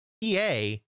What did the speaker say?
EA